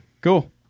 Cool